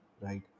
right